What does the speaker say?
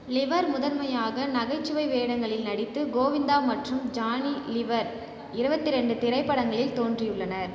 liver முதன்மையாக நகைச்சுவை வேடங்களில் நடித்து கோவிந்தா மற்றும் ஜானி லிவர் இருபத்தி ரெண்டு திரைப்படங்களில் தோன்றியுள்ளனர்